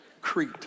Crete